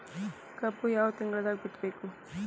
ಕಬ್ಬು ಯಾವ ತಿಂಗಳದಾಗ ಬಿತ್ತಬೇಕು?